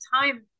time